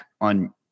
on